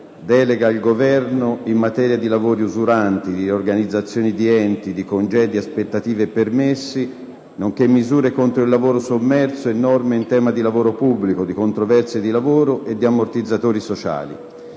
delega al Governo in materia di lavori usuranti, riorganizzazione di enti, congedi, aspettative e permessi, nonché misure contro il lavoro sommerso e norme in tema di lavoro pubblico, di controversie di lavoro e di ammortizzatori sociali,